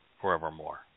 forevermore